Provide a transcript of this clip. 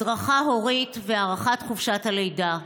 הדרכה הורית והארכת חופשת הלידה.